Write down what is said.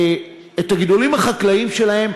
את הגידולים החקלאיים שלהם,